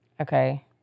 Okay